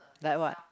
like what